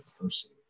person